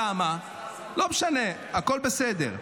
לא משנה, הכול בסדר,